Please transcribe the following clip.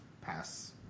Pass